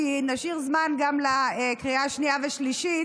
כי נשאיר זמן גם לקריאה שנייה ושלישית,